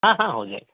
ہاں ہاں ہو جائے گا